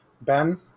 Ben